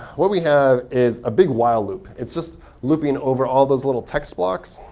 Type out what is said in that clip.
what we have is a big while loop. it's just looping over all those little text blocks.